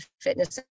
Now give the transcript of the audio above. fitness